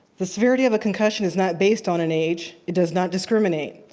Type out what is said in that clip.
the severity of a concussion is not based on an age. it does not discriminate.